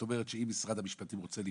של ח"כ יצחק פינדרוס,